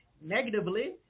negatively